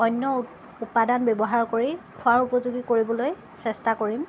অন্য উপাদান ব্যৱহাৰ কৰি খোৱাৰ উপযোগী কৰিবলৈ চেষ্টা কৰিম